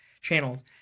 channels